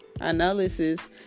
Analysis